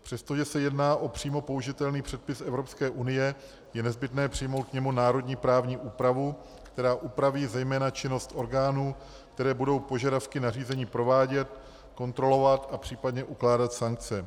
Přestože se jedná o přímo použitelný předpis Evropské unie, je nezbytné přijmout k němu národní právní úpravu, která upraví zejména činnost orgánů, které budou požadavky na řízení provádět, kontrolovat a případně ukládat sankce.